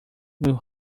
will